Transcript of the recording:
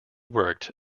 worked